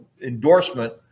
endorsement